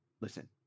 listen